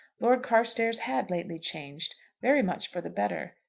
lord carstairs had lately changed very much for the better.